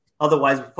Otherwise